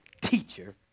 teacher